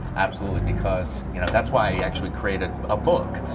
absolutely because you know that's why i actually created a book.